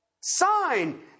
sign